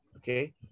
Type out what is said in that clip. Okay